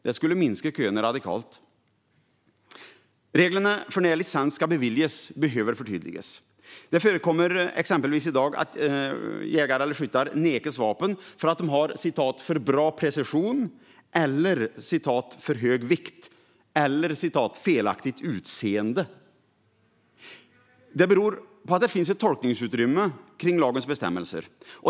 Det skulle minska köerna radikalt. Reglerna för när licens ska beviljas behöver förtydligas. Det förekommer exempelvis i dag att jägare eller skyttar nekas vapen för att vapnen har "för bra precision", "för hög vikt" eller "felaktigt utseende". Det beror på att det finns tolkningsutrymme kring lagens bestämmelser.